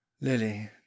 Lily